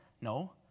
No